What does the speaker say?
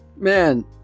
Man